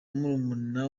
murumuna